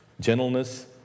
gentleness